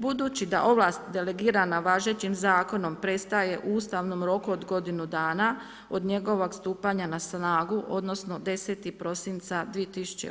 Budući da ovlast delegirana važećim zakonom prestaje u ustavnom roku od godinu dana od njegovog stupanja na snagu odnosno 10.-ti prosinca